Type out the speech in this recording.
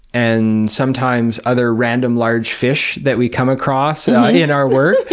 and sometimes other random large fish that we come across in our work.